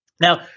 now